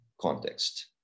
context